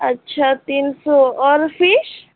अच्छा तीन सौ और फीश